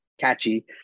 catchy